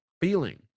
feeling